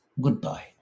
goodbye